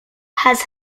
has